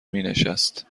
مینشست